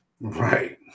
Right